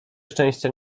szczęścia